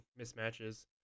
mismatches